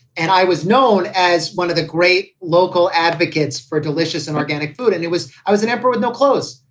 and i was known as one of the great local advocates for delicious and organic food. and it was i was an emperor with no clothes.